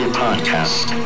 podcast